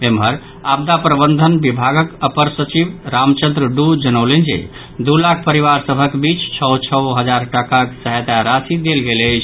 एम्हर आपदा प्रबंधन विभागक अपर सचिव रामचंद्र डू जनौलनि जे दू लाख परिवार सभक बीच छओ छओ हजार टाकाक सहायता राशि देल गेल अछि